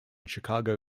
chicago